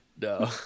No